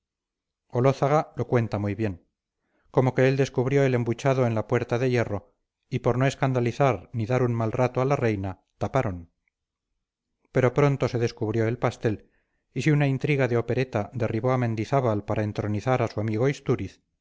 olózaga lo cuenta muy bien como que él descubrió el embuchado en la puerta de hierro y por no escandalizar ni dar un mal rato a la reina taparon pero pronto se descubrió el pastel y si una intriga de opereta derribó a mendizábal para entronizar a su amigo istúriz